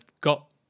got